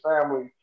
family